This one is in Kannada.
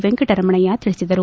ವೆಂಕಟರಮಣಯ್ಯ ತಿಳಿಸಿದರು